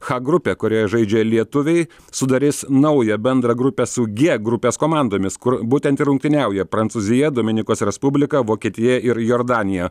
h grupė kurioje žaidžia lietuviai sudarys naują bendrą grupę su g grupės komandomis kur būtent rungtyniauja prancūzija dominikos respublika vokietija ir jordanija